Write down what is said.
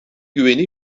güveni